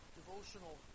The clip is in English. devotional